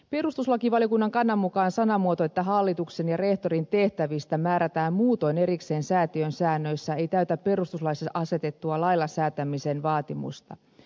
perustuslakivaliokunnan kannan mukaan sanamuoto että hallituksen ja rehtorin tehtävistä määrätään muutoin erikseen säätiön säännöissä ei täytä perustuslaissa asetettua lailla säätämisen vaatimusta